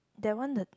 that one the